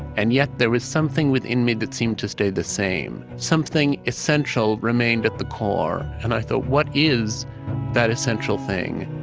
and yet, there was something within me that seemed to stay the same. something essential remained at the core. and i thought, what is that essential thing?